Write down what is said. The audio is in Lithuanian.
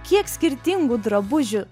kiek skirtingų drabužių